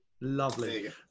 lovely